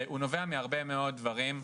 הוא נובע מהרבה מאוד דברים,